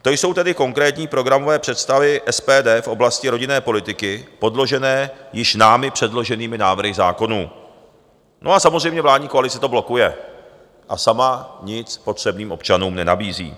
To jsou tedy konkrétní programové představy SPD v oblasti rodinné politiky podložené již námi předloženými návrhy zákonů, a samozřejmě vládní koalice to blokuje a sama nic potřebným občanům nenabízí.